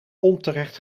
onterecht